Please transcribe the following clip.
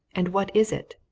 and what is it?